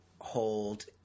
hold